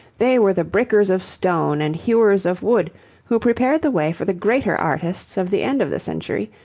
they were the breakers of stone and hewers of wood who prepared the way for the greater artists of the end of the century,